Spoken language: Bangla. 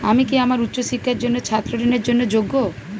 আমি কি আমার উচ্চ শিক্ষার জন্য ছাত্র ঋণের জন্য যোগ্য?